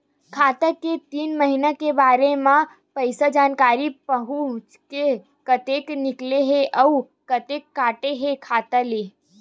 खाता के तीन महिना के बारे मा कइसे जानकारी पाहूं कि कतका निकले हे अउ कतका काटे हे खाता ले?